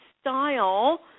style